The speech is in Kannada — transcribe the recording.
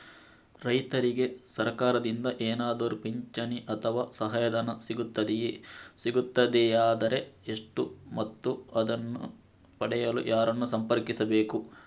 ರೈತರಿಗೆ ಸರಕಾರದಿಂದ ಏನಾದರೂ ಪಿಂಚಣಿ ಅಥವಾ ಸಹಾಯಧನ ಸಿಗುತ್ತದೆಯೇ, ಸಿಗುತ್ತದೆಯಾದರೆ ಎಷ್ಟು ಮತ್ತು ಅದನ್ನು ಪಡೆಯಲು ಯಾರನ್ನು ಸಂಪರ್ಕಿಸಬೇಕು?